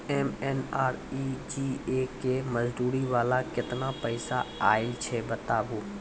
MNREGA के मज़दूरी वाला केतना पैसा आयल छै बताबू?